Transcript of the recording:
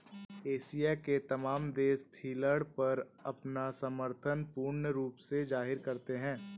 Asia के तमाम देश यील्ड पर अपना समर्थन पूर्ण रूप से जाहिर करते हैं